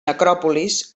necròpolis